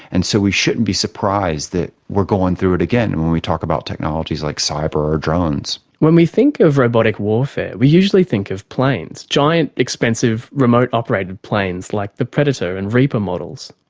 and so we shouldn't be surprised that we're going through it again and when we talk about technologies like cyber or drones. when we think of robotic warfare, we usually think of planes giant, expensive, remote-operated planes like the predator and reaper models.